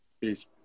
Peace